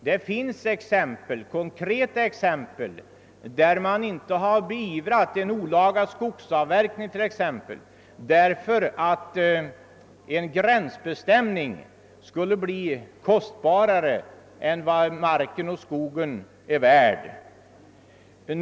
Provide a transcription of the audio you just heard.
Det finns konkreta exempel på att man inte beivrat en olaga skogsavverkning därför att en gränsbestämning skulle kosta mer än skogen är värd.